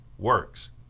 works